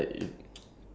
oh okay